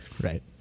Right